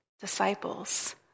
disciples